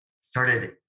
started